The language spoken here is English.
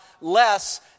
less